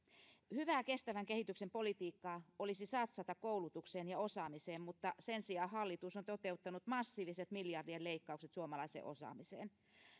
hyvää kestävän kehityksen politiikkaa olisi satsata koulutukseen ja osaamiseen mutta sen sijaan hallitus on toteuttanut massiiviset miljardien leikkaukset suomalaiseen osaamiseen